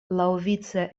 laŭvice